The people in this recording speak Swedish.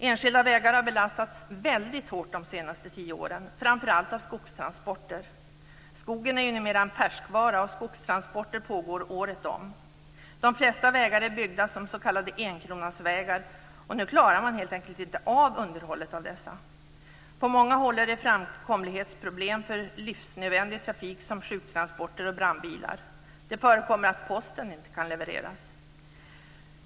Enskilda vägar har belastats väldigt hårt de senaste tio åren, framför allt av skogstransporter. Skogen är ju numera en färskvara, och skogstransporter pågår året om. De flesta vägar är byggda som s.k. 1 kronasvägar, och nu klarar man helt enkelt inte av underhållet av dessa. På många håll är det framkomlighetsproblem för livsnödvändig trafik som sjuktransporter och brandbilar. Det förekommer att posten inte kan levereras.